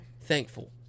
thankful